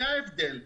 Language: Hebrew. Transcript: זה ההבדל.